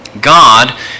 God